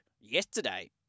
yesterday